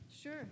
Sure